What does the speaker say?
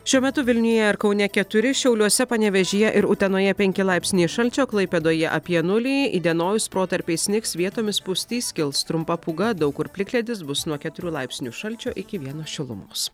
šiuo metu vilniuje ar kaune keturi šiauliuose panevėžyje ir utenoje penki laipsniai šalčio klaipėdoje apie nulį įdienojus protarpiais snigs vietomis pustys kils trumpa pūga daug kur plikledis bus nuo keturių laipsnių šalčio iki vieno šilumos